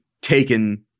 taken